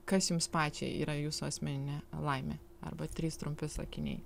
kas jums pačiai yra jūsų asmeninė laimė arba trys trumpi sakiniai